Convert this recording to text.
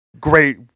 Great